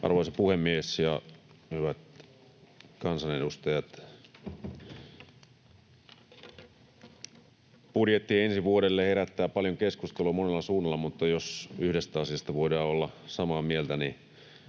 Arvoisa puhemies! Hyvät kansanedustajat! Budjetti ensi vuodelle herättää paljon keskustelua monella suunnalla, mutta jos yhdestä asiasta voidaan olla samaa mieltä, niin